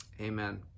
Amen